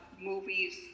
movies